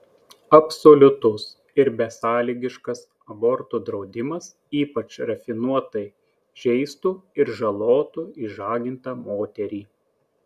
absoliutus ir besąlygiškas abortų draudimas ypač rafinuotai žeistų ir žalotų išžagintą moterį